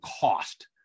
cost